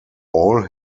all